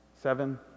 seven